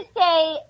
say